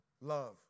love